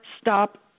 stop